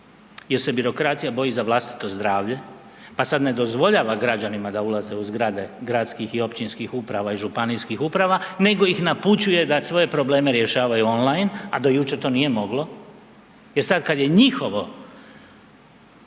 jer se birokracija boji za vlastito zdravlje pa sada ne dozvoljava građanima da ulaze u zgrade gradskih i općinskih uprava i županijskih uprava nego ih napućuje da svoje probleme rješavaju online, a do jučer to nije moglo jer sada kada je njihovo